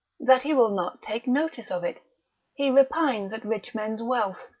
that he will not take notice of it he repines at rich men's wealth,